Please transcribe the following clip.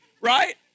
right